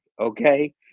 Okay